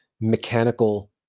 mechanical